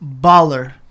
baller